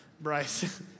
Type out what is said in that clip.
Bryce